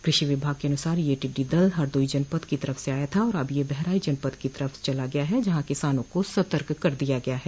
कृषि विभाग के अनुसार यह टिडडी दल हरदोई जनपद की तरफ से आया था और अब यह बहराइच जनपद की तरह चला गया है जहां किसानों को सतर्क कर दिया गया है